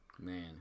Man